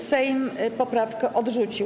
Sejm poprawki odrzucił.